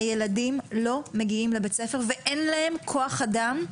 הילדים לא מגיעים לבית-ספר ואין להם כח-אדם,